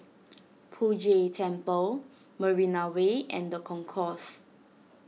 Poh Jay Temple Marina Way and the Concourse